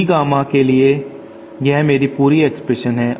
D gamma के लिए यह मेरी पूरी एक्सप्रेशन है